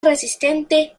resistente